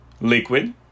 liquid